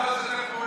לא לשתף פעולה,